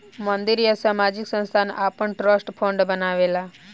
मंदिर या सामाजिक संस्थान आपन ट्रस्ट फंड बनावेला